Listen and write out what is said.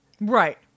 Right